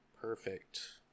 Perfect